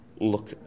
look